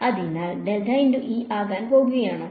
അതിനാൽ ആകാൻ പോവുകയാണോ